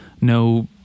No